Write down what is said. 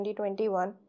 2021